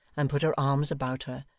and put her arms about her,